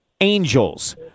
angels